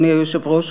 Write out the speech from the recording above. אדוני היושב-ראש,